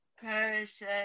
person